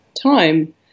time